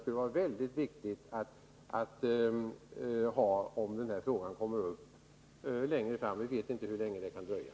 Det är viktigt om frågan kommer upp igen längre fram — vi vet inte hur länge det dröjer.